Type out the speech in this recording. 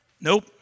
Nope